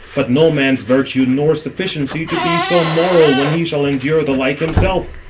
but no man's virtue nor sufficiency to be so moral when he shall endure the like himself.